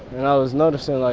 and i was noticing, like,